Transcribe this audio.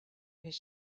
his